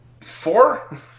Four